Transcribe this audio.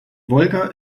wolga